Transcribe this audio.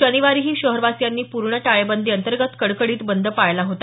शनिवारीही शहरवासियांनी पूर्ण टाळेबंदी अंतर्गत कडकडीत बंद पाळला होता